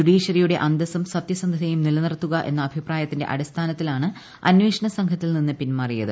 ജുഡീഷ്യറിയുടെ അന്തസ്സും സത്യസന്ധതയും നിലനിർത്തൂക് എന്ന അഭിപ്രായത്തിന്റെ അടിസ്ഥാനത്തിലാണ് അന്വേഷണ സ്ഥാഘത്തിൽ നിന്ന് പിൻമാറിയത്